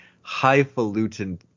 highfalutin